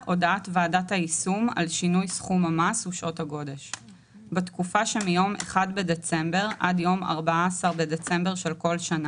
"הודעת ועדת היישום על שינוי סכום המס ושעות הגודש 13. בתקופה שמיום 1 בדצמבר עד יום 14 בדצמבר של כל שנה,